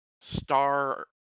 Star